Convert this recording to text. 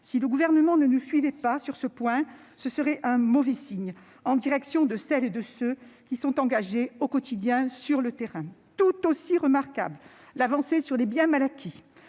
Si le Gouvernement ne nous suivait pas sur ce point, ce serait un très mauvais signe en direction de celles et de ceux qui sont engagés au quotidien sur le terrain. Tout aussi remarquable est l'avancée sur les biens mal acquis.